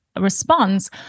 response